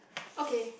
okay